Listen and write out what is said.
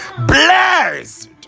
blessed